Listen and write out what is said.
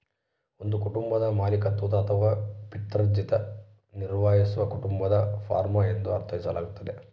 ಒಂದು ಕುಟುಂಬದ ಮಾಲೀಕತ್ವದ ಅಥವಾ ಪಿತ್ರಾರ್ಜಿತ ನಿರ್ವಹಿಸುವ ಕುಟುಂಬದ ಫಾರ್ಮ ಎಂದು ಅರ್ಥೈಸಲಾಗ್ತತೆ